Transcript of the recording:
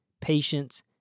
patience